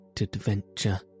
adventure